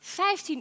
15